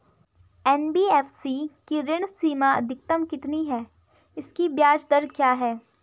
NBFC की ऋण सीमा अधिकतम कितनी है इसकी ब्याज दर क्या है?